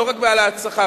לא רק בהעלאת שכר,